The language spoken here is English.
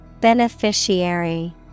Beneficiary